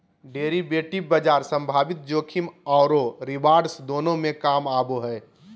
derivative बाजार संभावित जोखिम औरो रिवार्ड्स दोनों में काम आबो हइ